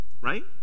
right